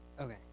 Okay